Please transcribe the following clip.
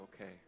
okay